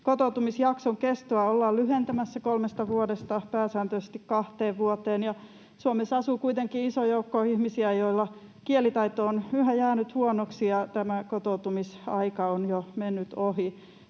Kotoutumisjakson kestoa ollaan lyhentämässä kolmesta vuodesta pääsääntöisesti kahteen vuoteen, ja Suomessa asuu kuitenkin iso joukko ihmisiä, joilla kielitaito on yhä jäänyt huonoksi ja tämä kotoutumisaika on jo mennyt ohi.